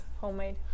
homemade